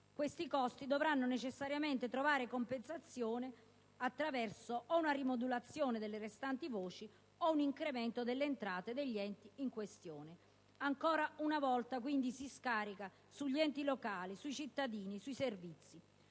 questi costi dovranno necessariamente trovare compensazione attraverso o una rimodulazione delle restanti voci o un incremento delle entrate degli enti in questione. Ancora una volta, quindi, si scarica tutto sugli enti locali, sui cittadini e sui servizi.